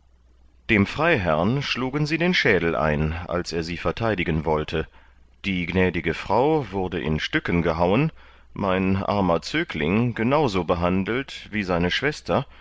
dem freiherrn schlugen sie den schädel ein als er sie vertheidigen wollte die gnädige frau wurde in stücken gehauen mein armer zögling genau so behandelt wie seine schwester